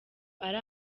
ari